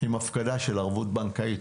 עם הפקדה של ערבות בנקאית.